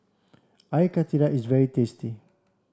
I Karthira is very tasty